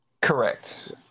Correct